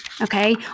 okay